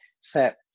set